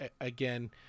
again